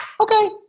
Okay